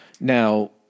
Now